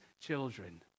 children